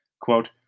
Quote